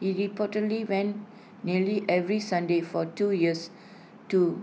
he reportedly went nearly every Sunday for two years to